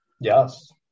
Yes